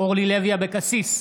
אורלי לוי אבקסיס,